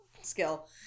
skill